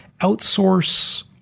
outsource